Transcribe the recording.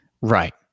Right